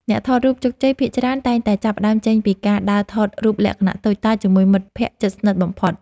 អ្នកថតរូបជោគជ័យភាគច្រើនតែងតែចាប់ផ្តើមចេញពីការដើរថតរូបលក្ខណៈតូចតាចជាមួយមិត្តភក្តិជិតស្និទ្ធបំផុត។